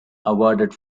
awarded